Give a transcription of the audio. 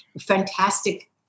fantastic